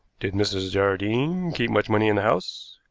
did mrs. jardine keep much money in the house?